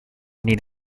need